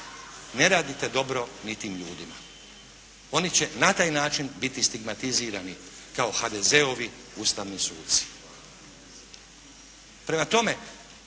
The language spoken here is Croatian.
Ne radite dobro ni tim ljudima. Oni će na taj način biti stigmatizirani kao HDZ-ovi ustavni suci. Prema tome,